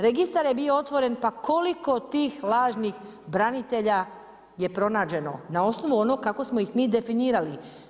Registar je bio otvoren, pa koliko tih lažnih branitelja je pronađeno na osnovu onog kako smo ih mi definirali?